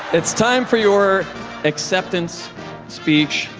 it's time for your acceptance speech,